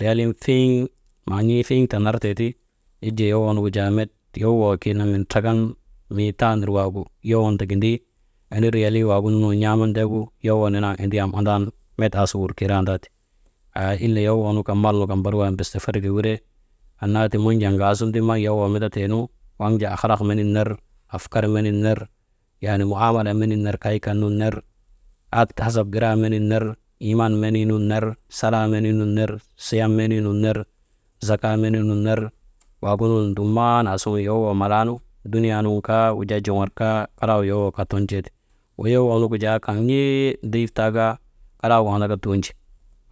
Riyalin fiŋ maan̰ii fiŋ tanartee ti, yak jaa yowoo nun gu jaa met yowoo ket met trakan mii taanir waagu yowon ta gindi, eni riyalii waagunu n̰aaman ndegunu, yowoo nenee waŋgu endi am andan met aasu wurkeerandaati, haa ile yowoo nu kan, mal nu kan barik waagin ta farga wire, annaa ti maŋ jaa ŋaasuŋun tiŋ met yowoo mindateenu, waŋ jaa halak menin ner, afkar menin ner yaanii muaamalaa menin ner, kay kan nun ner at hasap giraa menin ner, iman menii nun ner salaa menii nun ner, siyam menii nun ner, zakaa, menii nun ner, waagu nun dumman aasuŋun yowoo malaa nu, duniyaa nun kaa, wujaa juŋar kaa kalagu yowoo kaa ton̰te, yowoo nuŋgu jaa kan n̰ee deif taa kaa kalaagu andaka tunji,